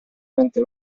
mente